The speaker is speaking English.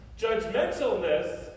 Judgmentalness